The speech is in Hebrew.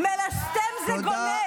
"מלסטם" זה גונב.